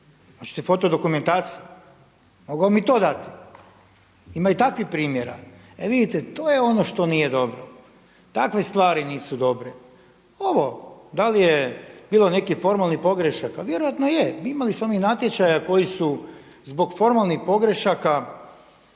Hoćete foto dokumentaciju? Mogu vam i to dati. Ima i takvih primjera. Evo vidite, to je ono što nije dobro. Takve stvari nisu dobre. Ovo da li je bilo nekih formalnih pogrešaka, vjerojatno je. Imali smo mi natječaja koji su zbog formalnih pogrešaka